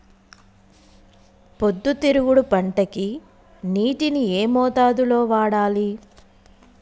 పొద్దుతిరుగుడు పంటకి నీటిని ఏ మోతాదు లో వాడాలి?